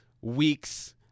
weeks